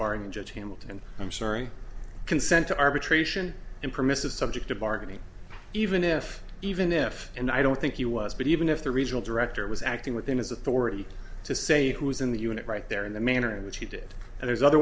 bar and judge hamilton i'm sorry consent to arbitration and permissive subject to bargaining even if even if and i don't think he was but even if the regional director was acting within his authority to say who is in the unit right there in the manner in which he did and there's other